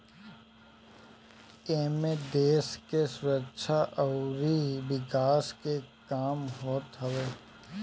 एमे देस के सुरक्षा अउरी विकास के काम होत हवे